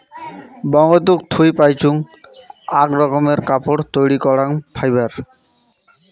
বঙ্গতুক থুই পাইচুঙ আক রকমের কাপড় তৈরী করাং ফাইবার